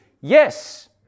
yes